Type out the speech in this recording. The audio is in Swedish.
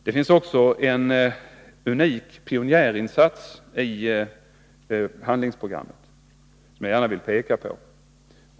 Det finns också en unik pionjärinsats i handlingsprogrammet som jag gärna vill peka på.